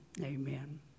Amen